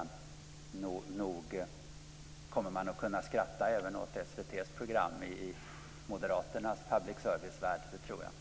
Nog kommer man att kunna skratta även åt SVT:s program i Moderaternas public service-värld, det tror jag.